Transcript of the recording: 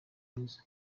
mwiza